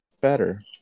better